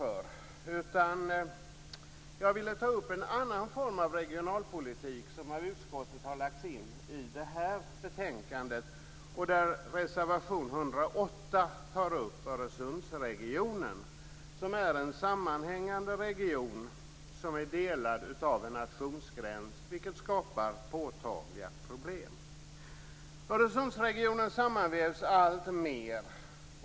I stället ville jag ta upp en annan form av regionalpolitik som av utskottet har lagts in i det här betänkandet. I reservation 108 tas nämligen frågan om Öresundsregionen upp. Öresundsregionen är en sammanhängande region delad av en nationsgräns, vilket skapar påtagliga problem. De olika delarna av Öresundsregionen sammanvävs alltmer.